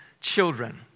children